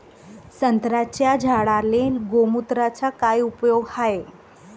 संत्र्याच्या झाडांले गोमूत्राचा काय उपयोग हाये?